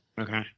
okay